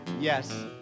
yes